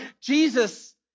Jesus